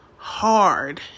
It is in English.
Hard